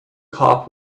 cop